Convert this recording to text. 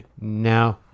no